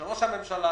שראש הממשלה